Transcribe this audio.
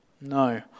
No